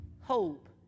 hope